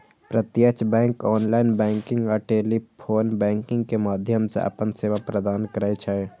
प्रत्यक्ष bank online banking आ telephone banking के माध्यम सं अपन सेवा प्रदान करै छै